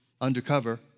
undercover